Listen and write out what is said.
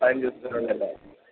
പതിനഞ്ച് ദിവസത്തിനുള്ളിൽ അല്ലേ